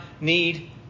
need